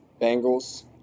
Bengals